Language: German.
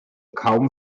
kaum